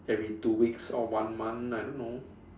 every two weeks or one month I don't know